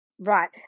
Right